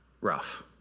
rough